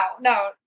no